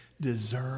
deserve